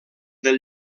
del